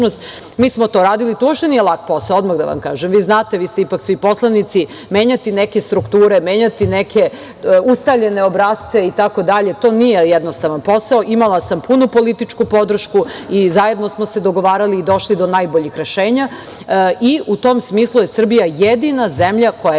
smo to uradili i to uopšte nije lak posao odmah da vam kažem. Vi znate, vi ste ipak svi poslanici, menjati neke strukture, menjati neke ustaljene obrasce, to nije jednostavan posao. Imala sam punu političku podršku i zajedno smo se dogovarali i došli do najboljih rešenja. U tom smislu je Srbija jedina zemlja koja je